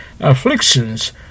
Afflictions